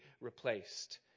replaced